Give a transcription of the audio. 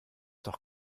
doch